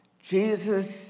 Jesus